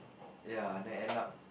ya then end up